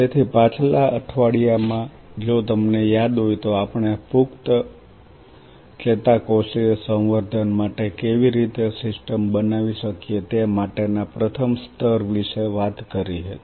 તેથી પાછલા અઠવાડિયે જો તમને યાદ હોય તો આપણે પુખ્ત ચેતાકોષીય સંવર્ધન માટે કેવી રીતે સિસ્ટમ બનાવી શકીએ તે માટે ના પ્રથમ સ્તર વિશે વાત કરી હતી